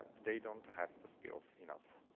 they don't have the skills enough.